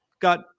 got